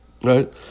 right